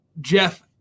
Jeff